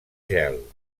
gel